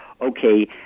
okay